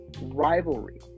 rivalry